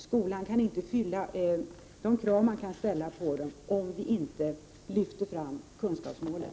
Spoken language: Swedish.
Skolan kan inte uppfylla de krav som man bör kunna ställa på den, om vi inte lyfter fram kunskapsmålet.